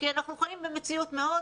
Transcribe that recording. אנחנו חיים במציאות מאוד